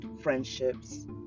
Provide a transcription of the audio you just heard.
friendships